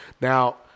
Now